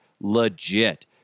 Legit